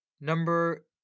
number